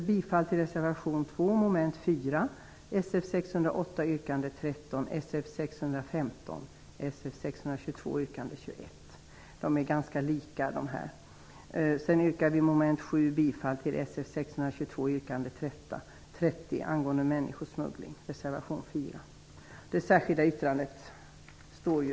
Miljöpartiet de gröna yrkar också bifall till reservation 4, mom. 7